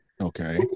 Okay